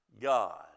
God